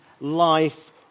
life